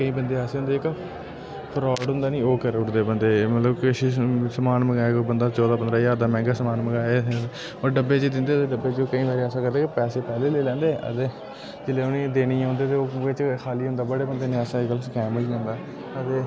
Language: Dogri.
केईं बंदे ऐसे होंदे न जेह्का फ्रॉड होंदा नी ओह् करू उड़दे बंदे मतलब किश बी समान मंगाया बंदे चौदां पंदरां ज्हार दा मैह्ंगा समान मंगाया होर डब्बे च दिंदे ओह् होर डब्बे च केईं बारी ऐसा करदे की पैसे पैह्लें लेई लैंदे ते जेल्लै उ'नें ई देने औंदे ते ओह् बिच खा'ल्ली होंदा बड़े बंदे नै ऐसा स्कैम होई जंदा